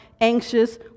anxious